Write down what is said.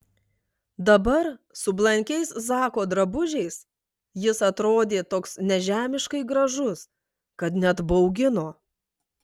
dabar su blankiais zako drabužiais jis atrodė toks nežemiškai gražus kad net baugino